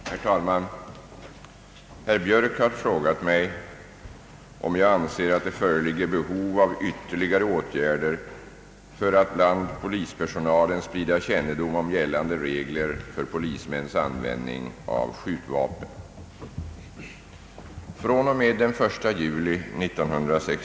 Herr talman! Herr Björk har frågat mig om jag anser att det föreligger behov av ytterligare åtgärder för att bland polispersonalen sprida kännedom om gällande regler för polismäns användning av skjutvapen.